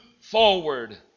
forward